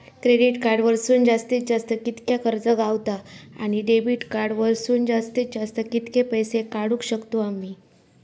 Credit card वरसून जास्तीत जास्त कितक्या कर्ज गावता, आणि डेबिट कार्ड वरसून जास्तीत जास्त कितके पैसे काढुक शकतू आम्ही?